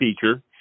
feature